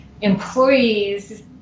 employees